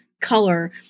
color